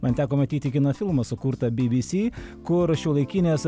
man teko matyti kino filmą sukurtą bi bi si kur šiuolaikinės